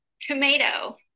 tomato